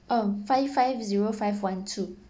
um five five zero five one two